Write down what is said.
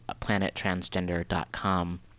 planettransgender.com